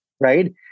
right